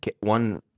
One